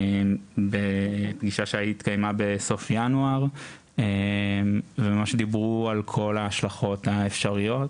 בפגישה שהתקיימה בסוף ינואר וממש דיברו על כל ההשלכות האפשריות,